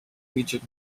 region